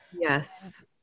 Yes